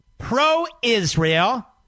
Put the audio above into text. pro-Israel